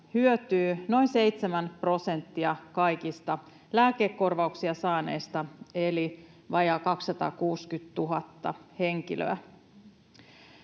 hyötyy noin seitsemän prosenttia kaikista lääkekorvauksia saaneista eli vajaa 260 000 henkilöä.